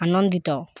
ଆନନ୍ଦିତ